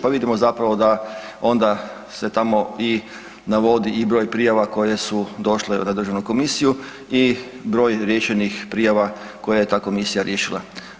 Pa vidimo zapravo da onda se tamo i navodi i broj prijava koje su došle za državnu komisiju i broj riješenih prijava koje je ta komisija riješila.